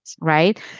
right